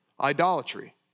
idolatry